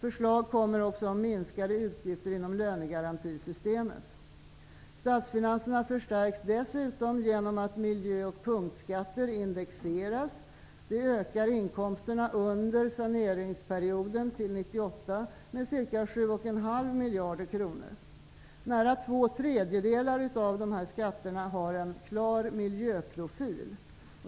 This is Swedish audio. Förslag om minskade utgifter inom lönegarantisystemet kommer också att läggas fram. Statsfinanserna förstärks dessutom genom att miljö och punktskatter indexeras. Det ökar inkomsterna under saneringsperioden fram till 1998 med ca 7,5 miljarder kronor. Nära två tredjedelar av dessa skatter har en klar miljöprofil.